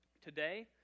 Today